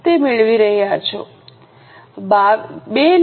તે મેળવી રહ્યા છો